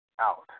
out